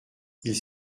ils